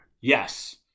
yes